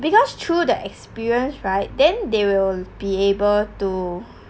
because through the experience right then they will be able to